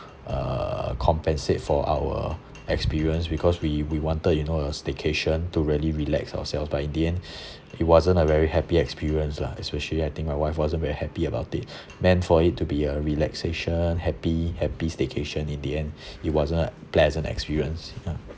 uh compensate for our experience because we we wanted you know a staycation to really relax ourselves but in the end it wasn't a very happy experience lah especially I think my wife wasn't very happy about it meant for it to be a relaxation happy happy staycation in the end it wasn't a pleasant experience ya